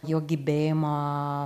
jo gebėjimą